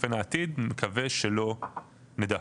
שצופן העתיד, אני מקווה שלא נדע.